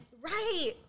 right